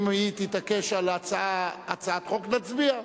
אם היא תתעקש על הצעת החוק, נצביע.